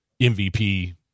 MVP